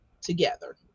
together